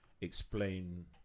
explain